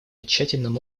тщательным